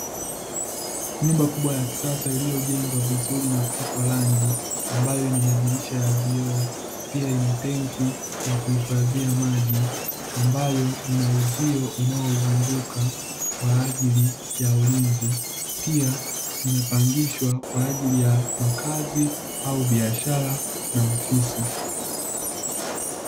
Nyumba kubwa ya kisasa iliyojengwa vizuri na kupakwa rangi, ambayo ina madirisha ya vioo, pia ina tenki la kuhifadhia maji, ambayo ina uzio unaozunguka kwa ajili ya ulinzi. Pia inapangishwa kwa ajili ya makazi au biashara na ofisi.